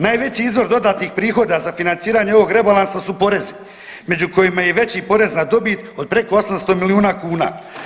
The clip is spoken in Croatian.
Najveći izvor dodatnih prihoda za financiranje ovog rebalansa su porezi među kojima je i veći porez na dobit od preko 800 milijuna kuna.